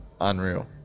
unreal